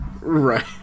Right